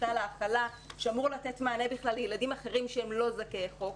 סל ההכלה שאמור לתת מענה לילדים אחרים שהם לא זכאי חוק.